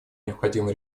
необходимо